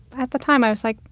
at the time i was like,